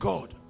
God